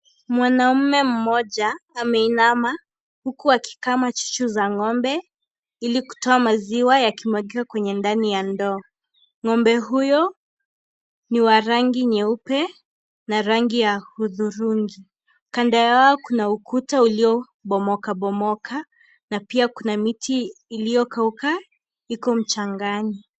Mwanaume mmoja ameinama huku akikamua chuchu za ngombe ili kutoa maziwa yakimwagiwa kwenye ndani ya ndoo, ngombe huyo ni wa rangi nyeupe na rangi ya hudhurungi, kando yake kuna ukuta uliyobomoka bomoka na pia kuna mtu uliyokauka iko mchangani.